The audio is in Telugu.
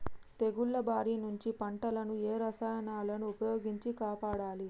తెగుళ్ల బారి నుంచి పంటలను ఏ రసాయనాలను ఉపయోగించి కాపాడాలి?